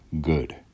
Good